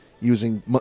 using